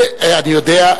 אני יודע,